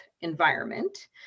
environment